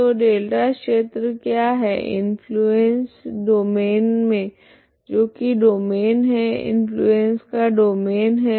तो डेल्टा क्षेत्र क्या है इंफ्लुएंस डोमैन मे जो की डोमैन है इंफ्लुएंस का डोमैन है